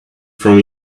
from